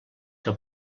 que